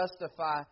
justify